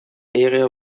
area